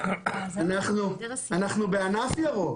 אנחנו בענף ירוק.